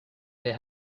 they